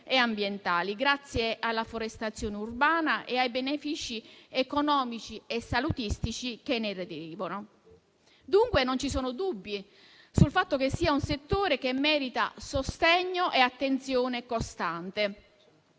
grazie alla forestazione urbana e ai benefici economici e salutistici che ne derivano. Dunque, non ci sono dubbi sul fatto che sia un settore che merita sostegno e attenzione costante.